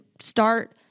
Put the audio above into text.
start